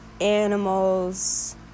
animals